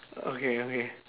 okay okay